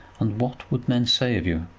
and what would men say of you?